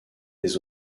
des